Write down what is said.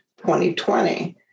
2020